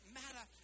matter